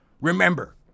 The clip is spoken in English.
Remember